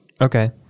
Okay